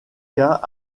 cas